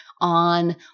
on